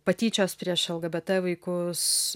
patyčios prieš lgbt vaikus